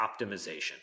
optimization